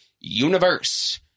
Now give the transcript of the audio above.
universe